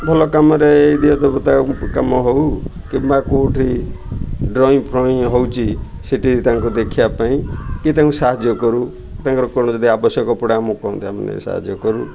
ଭଲ କାମରେ ଏଇ ଦିଅ ଦେବତା କାମ ହେଉ କିମ୍ବା କେଉଁଠି ଡ୍ରଇଂ ଫ୍ରଇଂ ହେଉଛି ସେଠି ତାଙ୍କୁ ଦେଖିବା ପାଇଁ କି ତାଙ୍କୁ ସାହାଯ୍ୟ କରୁ ତାଙ୍କର କ'ଣ ଯଦି ଆବଶ୍ୟକ ପଡ଼େ ଆମକୁ କୁହନ୍ତି ଆମେ ଟିକେ ସାହାଯ୍ୟ କରୁ